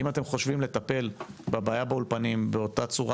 אם אתם חושבים לטפל בבעיה באולפנים באותה צורה